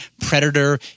Predator